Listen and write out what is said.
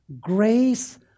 Grace